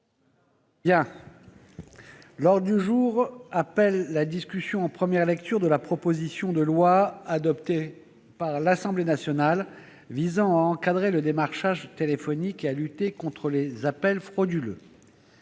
L'ordre du jour appelle la discussion en première lecture de la proposition de loi, adoptée par l'Assemblée nationale, visant à encadrer le démarchage téléphonique et à lutter contre les appels frauduleux